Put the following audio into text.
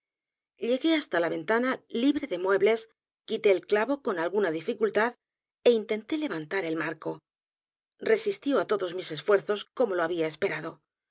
conclusión llegué hasta la ventana libre de muebles quité el clavo con alguna dificultad é intenté levantar el marco r e sistió á todos mis esfuerzos como lo habia esperado